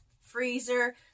freezer